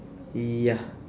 ya